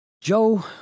Joe